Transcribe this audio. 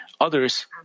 others